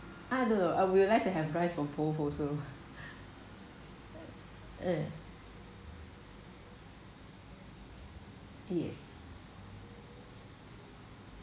ah no I would like to have rice of both also uh yes